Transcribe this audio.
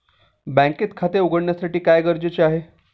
बँकेत खाते उघडण्यासाठी काय गरजेचे आहे?